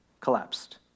collapsed